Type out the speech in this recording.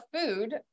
food